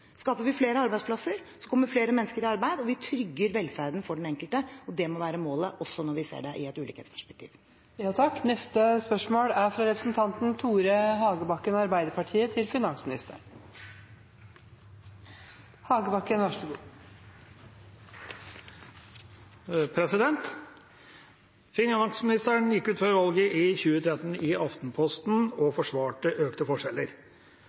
Skaper vi flere arbeidsplasser, kommer flere mennesker i arbeid, og vi trygger velferden for den enkelte. Det må være målet også når vi ser det i et ulikhetsperspektiv. «Finansministeren gikk ut i Aftenposten før valget i 2013 og forsvarte økte forskjeller. «Det er ingen offentlig oppgave å utjevne forskjeller som skyldes at noen tjener mer, arver mer og